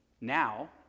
Now